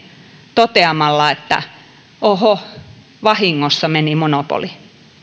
toteamalla että ohoh vahingossa meni monopoli